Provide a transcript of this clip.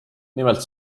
nimelt